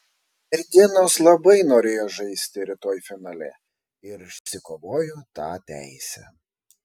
merginos labai norėjo žaisti rytoj finale ir išsikovojo tą teisę